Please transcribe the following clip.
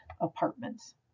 apartments